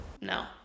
No